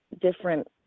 different